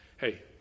hey